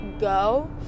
go